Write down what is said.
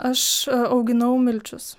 aš auginau milčius